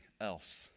else